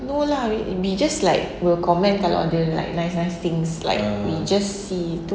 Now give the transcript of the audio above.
no lah we um we just like will comment kalau ada like nice nice things like we just see tu